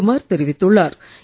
மோகன் குமார் தெரிவித்துள்ளார்